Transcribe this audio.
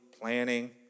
planning